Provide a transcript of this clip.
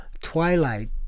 Twilight